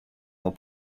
will